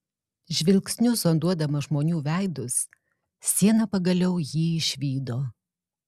žvilgsniu zonduodama žmonių veidus siena pagaliau jį išvydo